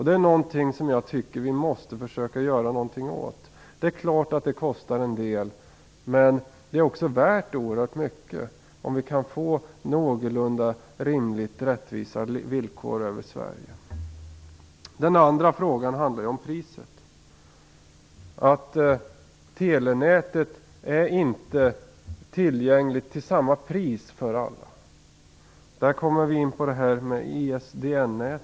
Det tycker jag att vi måste försöka göra något åt. Det är klart att detta kostar en del, men det är också oerhört mycket värt om vi kan få någorlunda rimliga och rättvisa villkor över Sverige. Sedan handlar det om priset. Telenätet är inte tillgängligt till samma pris för alla. Här kommer vi in på ISDN.